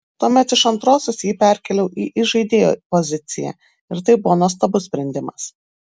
tuomet iš antrosios jį perkėliau į įžaidėjo poziciją ir tai buvo nuostabus sprendimas